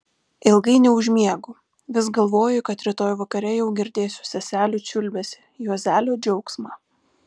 ilgai neužmiegu vis galvoju kad rytoj vakare jau girdėsiu seselių čiulbesį juozelio džiaugsmą